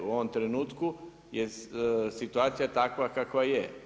U ovome trenutku je situacija takva kakva je.